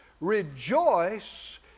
rejoice